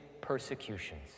persecutions